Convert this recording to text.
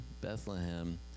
Bethlehem